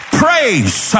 praise